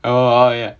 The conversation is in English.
oh ya